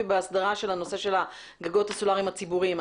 בהסדרה של הנושא של גגות הסולריים הציבוריים.